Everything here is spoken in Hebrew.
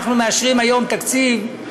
אנחנו מאשרים היום תקציב,